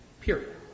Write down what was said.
Period